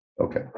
okay